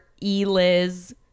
E-Liz